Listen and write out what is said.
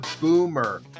Boomer